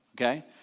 Okay